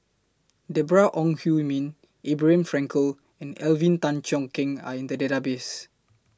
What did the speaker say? Deborah Ong Hui Min Abraham Frankel and Alvin Tan Cheong Kheng Are in The Database